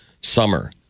summer